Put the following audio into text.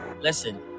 listen